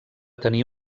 tenir